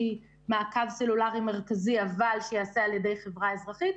שהיא מעקב סלולרי מרכזי אבל שייעשה על ידי חברה אזרחית,